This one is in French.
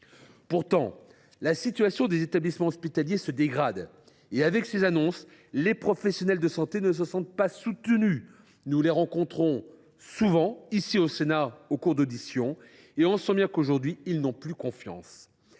Pourtant, la situation des établissements hospitaliers se dégrade et, avec ces annonces, les professionnels de santé ne se sentent pas soutenus. Nous les auditionnons souvent au Sénat et nous sentons bien qu’ils n’ont plus confiance.